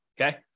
okay